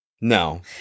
No